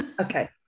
Okay